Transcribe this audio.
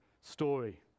story